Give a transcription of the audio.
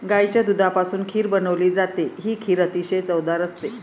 गाईच्या दुधापासून खीर बनवली जाते, ही खीर अतिशय चवदार असते